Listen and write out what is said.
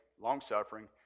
long-suffering